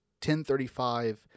1035